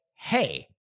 hey